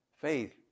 faith